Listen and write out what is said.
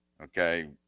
okay